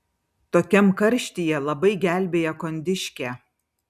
tokiam karštyje labai gelbėja kondiškė